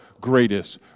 greatest